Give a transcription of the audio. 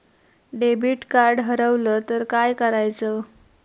Debit card हरवल तर काय करायच?